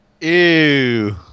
Ew